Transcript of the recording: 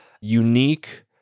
unique